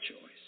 choice